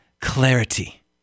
clarity